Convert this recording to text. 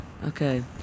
Okay